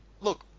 look